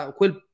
quel